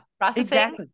Processing